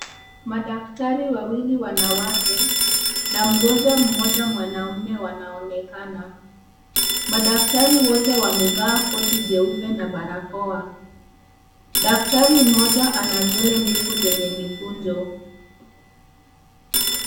Madaktari wawili wanawake na mgonjwa mmoja mwanaume wanaonekan Madaktari wote wameva koti jeupe na barakoa, daktari mmoja ana nywele ndefu zenye mikunjo.